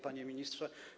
Panie Ministrze!